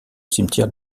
cimetière